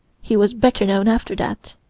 he was better known after that.